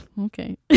okay